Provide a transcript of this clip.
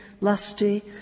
lusty